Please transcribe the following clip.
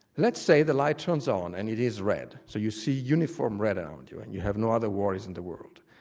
let's say the light turns on and it is red, so you see uniform red around um and you and you have no other worries in the world.